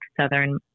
Southern